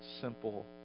simple